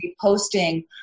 posting